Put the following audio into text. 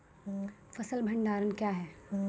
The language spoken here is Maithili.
फसल भंडारण क्या हैं?